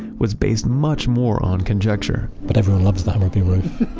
was based much more on conjecture but everyone loves the hammer-beam roof?